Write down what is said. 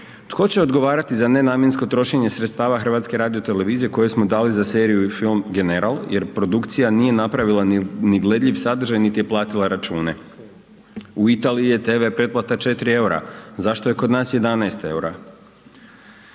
Tko će odgovarati za nenamjensko trošenje sredstava HRT-a koje smo dali za seriju i film General jer produkcija nije napravila ni gledljiv sadržaj niti je platila račune? U Italiji je tv pretplata 4 EUR-a, zašto je kod nas 11 EUR-a?